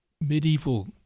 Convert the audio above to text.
medieval